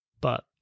but-